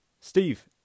Steve